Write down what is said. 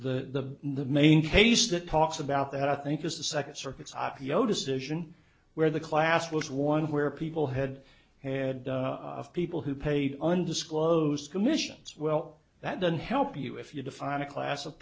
the main case that talks about that i think is the second circuit's i p o decision where the class was one where people had had people who paid undisclosed commissions well that doesn't help you if you define a class of